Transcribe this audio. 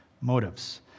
motives